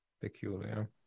peculiar